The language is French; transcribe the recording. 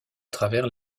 travers